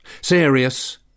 Serious